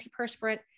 antiperspirant